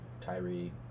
Tyree